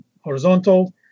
horizontal